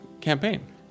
campaign